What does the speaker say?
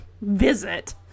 visit